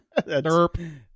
Derp